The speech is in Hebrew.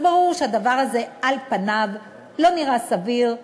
אז ברור שהדבר הזה על פניו לא נראה סביר,